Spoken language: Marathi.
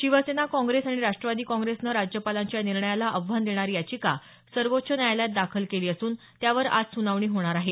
शिवसेना काँग्रेस आणि राष्ट्रवादी काँग्रेसनं राज्यपालांच्या या निर्णयाला आव्हान देणारी याचिका सर्वोच्च न्यायालयात दाखल केली असून त्यावर आज सुनावणी होणार आहे